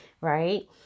right